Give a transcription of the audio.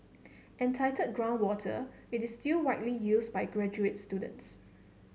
entitled Groundwater it is still widely used by graduate students